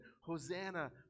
Hosanna